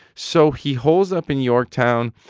so he holds up in yorktown.